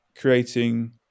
creating